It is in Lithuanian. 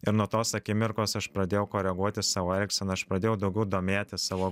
ir nuo tos akimirkos aš pradėjau koreguoti savo elgseną aš pradėjau daugiau domėtis savo